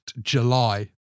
July